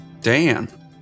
Dan